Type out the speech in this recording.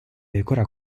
decora